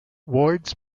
wards